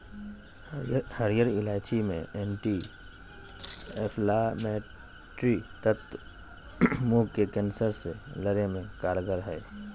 हरीयर इलायची मे एंटी एंफलामेट्री तत्व मुंह के कैंसर से लड़े मे कारगर हई